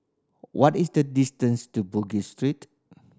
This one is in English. what is the distance to Bugis Street